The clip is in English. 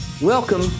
Welcome